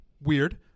weird